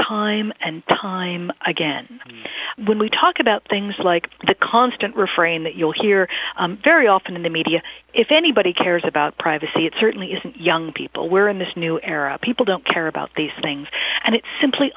time and time again when we talk about things like the constant refrain that you'll hear very often in the media if anybody cares about privacy it certainly isn't young people were in this new era people don't care about these things and it's simply